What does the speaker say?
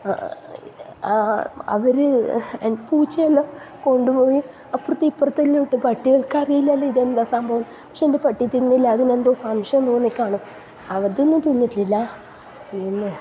അവർ പൂച്ചേനെ കൊണ്ടുപോയി അപ്പുറത്തും ഇപ്പുറത്തും എല്ലാം ഇട്ടു പട്ടികൾക്ക് അറിയില്ലല്ലോ ഇതെന്താ സംഭവം പക്ഷേ എൻ്റെ പട്ടി തിന്നില്ല അതിനെന്തോ സംശയം തോന്നിക്കാണും അതൊന്നും തിന്നിട്ടില്ല പിന്നെ